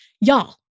Y'all